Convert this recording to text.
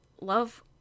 love